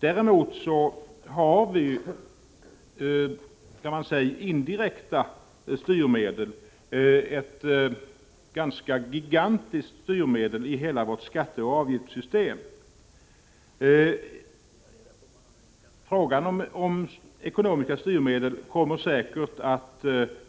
Däremot har vi, kan man säga, ett gigantiskt indirekt styrmedel i hela vårt skatteoch avgiftssystem. Frågan om ekonomiska styrmedel kommer säkert att